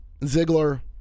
Ziggler